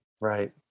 Right